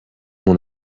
mon